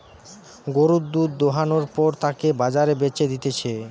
গরুর দুধ দোহানোর পর তাকে বাজারে বেচে দিতেছে